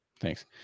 thanks